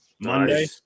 Monday